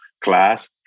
class